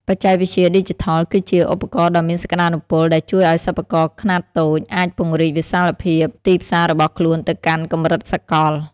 បច្ចេកវិទ្យាឌីជីថលគឺជាឧបករណ៍ដ៏មានសក្ដានុពល ដែលជួយឱ្យសិប្បករខ្នាតតូចអាចពង្រីកវិសាលភាពទីផ្សាររបស់ខ្លួនទៅកាន់កម្រិតសកល។